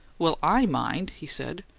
well, i mind! he said.